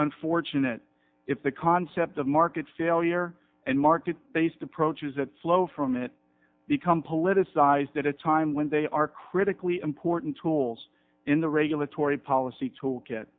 unfortunate if the concept of market failure and market based approaches that flow from it become politicized at a time when they are critically important tools in the regulatory policy toolki